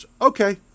Okay